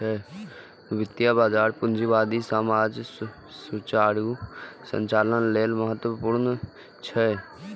वित्तीय बाजार पूंजीवादी समाजक सुचारू संचालन लेल महत्वपूर्ण छै